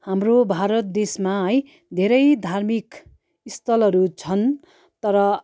हाम्रो भारत देशमा है धेरै धार्मिक स्थलहरू छन् तर